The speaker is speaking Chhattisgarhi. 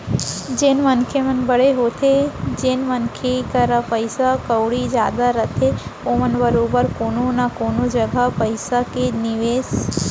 जेन मनसे मन बड़े होथे जेन मनसे करा पइसा कउड़ी जादा रथे ओमन बरोबर कोनो न कोनो जघा पइसा के निवेस करथे